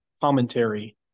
commentary